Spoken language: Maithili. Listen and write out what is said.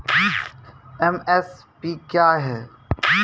एम.एस.पी क्या है?